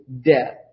death